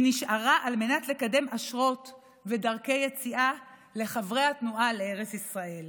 היא נשארה על מנת לקדם אשרות ודרכי יציאה לחברי התנועה לארץ ישראל.